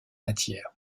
matière